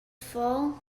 fall